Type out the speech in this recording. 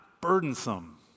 burdensome